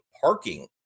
parking